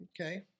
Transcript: Okay